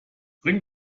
bring